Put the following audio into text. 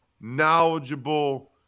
knowledgeable